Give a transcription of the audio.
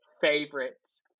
favorites